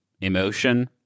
emotion